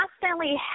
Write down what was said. constantly